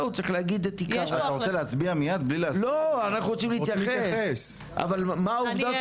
אנחנו רוצים להתייחס אבל מה העובדות